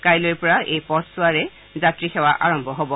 কাইলৈৰ পৰা এই পথছোৱাৰে যাত্ৰীসেৱা আৰম্ভ হব